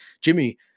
Jimmy